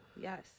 Yes